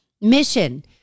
mission